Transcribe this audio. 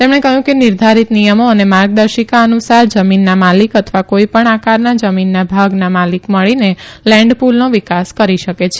તેમણે કહ્યું કે નિર્ધારીત નિયમો અને માર્ગદર્શિકા અનુસાર જમીનના માલિક અથવા કોઈપણ આકારના જમીન ભાગના માલિક મળીને લેન્ડ પુલનો વીકાસ કરી શકે છે